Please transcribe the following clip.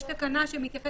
יש תקנה שמתייחסת